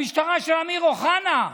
המשטרה של אמיר אוחנה.